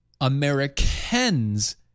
Americans